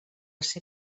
ser